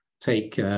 take